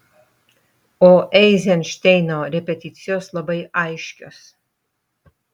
o eizenšteino repeticijos labai aiškios